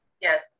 Yes